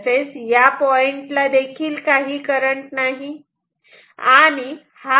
या पॉइंटला काही करंट नाही